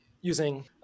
using